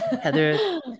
Heather